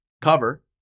cover